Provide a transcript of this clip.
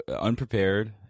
unprepared